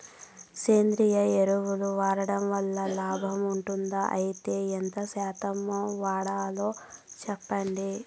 సేంద్రియ ఎరువులు వాడడం వల్ల లాభం ఉంటుందా? అయితే ఎంత శాతం వాడాలో చెప్పండి?